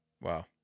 Wow